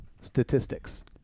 Statistics